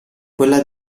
quella